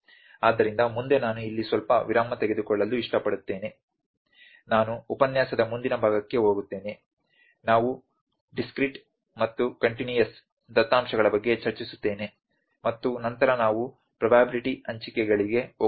ಆದ್ದರಿಂದ ಮುಂದೆ ನಾನು ಇಲ್ಲಿ ಸ್ವಲ್ಪ ವಿರಾಮ ತೆಗೆದುಕೊಳ್ಳಲು ಇಷ್ಟಪಡುತ್ತೇನೆ ನಾನು ಉಪನ್ಯಾಸದ ಮುಂದಿನ ಭಾಗಕ್ಕೆ ಹೋಗುತ್ತೇನೆ ನಾವು ಪ್ರತ್ಯೇಕ ಮತ್ತು ನಿರಂತರ ದತ್ತಾಂಶಗಳ ಬಗ್ಗೆ ಚರ್ಚಿಸುತ್ತೇವೆ ಮತ್ತು ನಂತರ ನಾವು ಪ್ರೊಬ್ಯಾಬಿಲ್ಟಿ ಹಂಚಿಕೆಗಳಿಗೆ ಹೋಗುತ್ತೇವೆ